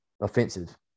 offensive